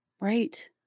Right